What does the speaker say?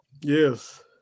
Yes